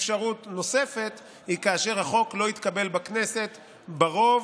אפשרות נוספת היא כאשר החוק לא התקבל בכנסת ברוב